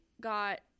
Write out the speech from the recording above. got